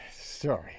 Sorry